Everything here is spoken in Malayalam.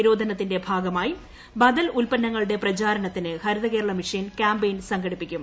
നിരോധനത്തിന്റെ ഭാഗമായി ബദൽ ഉത്പ്പന്നങ്ങളുടെ പ്രചാരണത്തിന് ഹരിതകേരളം മിഷൻ കൃാമ്പയിൻ സംഘടിപ്പിക്കും